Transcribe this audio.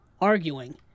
arguing